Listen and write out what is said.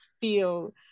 feel